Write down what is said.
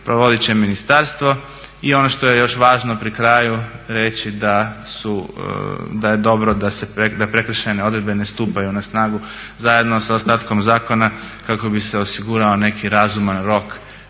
provodit će ministarstvo. I ono što je još važno pri kraju reći da je dobro da prekršajne odredbe ne stupaju na snagu zajedno sa ostatkom zakona kako bi se osigurao neki razuman rok